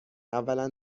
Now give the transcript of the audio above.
اولا